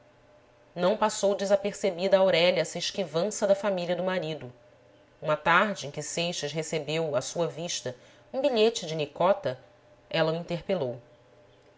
não passou desapercebida a aurélia essa esquivança da família do marido uma tarde em que seixas recebeu à sua vista um bilhete de nicota ela o interpelou